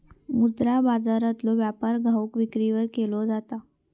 मुद्रा बाजारातलो व्यापार घाऊक विक्रीवर केलो जाता